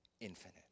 infinite